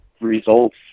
results